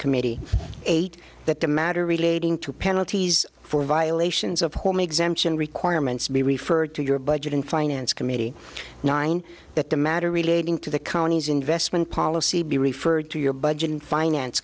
committee eight that the matter relating to penalties for violations of home exemption requirements be referred to your budget and finance committee nine that the matter relating to the counties investment policy be referred to your budget and finance